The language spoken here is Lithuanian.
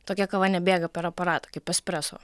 tokia kava nebėga per aparatą kaip espreso